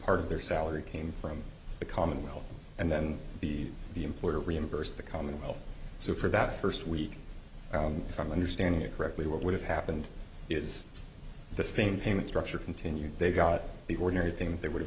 part of their salary came from the commonwealth and then the the employer reimbursed the commonwealth so for that first week from understanding it correctly what would have happened is the same payment structure continued they got the ordinary thing they would have